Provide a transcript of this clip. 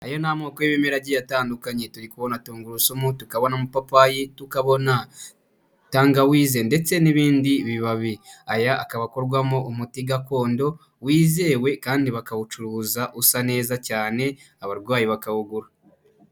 Ayo n'amoko y'ibimeragiye agiye atandukanye turi kubona tungurusumu, tukabona amapapayi, tukabona tangawize ndetse n'ibindi bibabi, aya akaba akorwamo umuti gakondo wizewe kandi bakawucuruza usa neza cyane, abarwayi bakawugura.